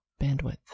bandwidth